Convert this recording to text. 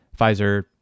Pfizer